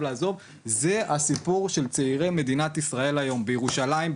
לעזור וזה הסיפור של צעירי מדינת ישראל היום וזה בירושלים,